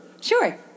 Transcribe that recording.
sure